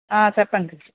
చెప్పండి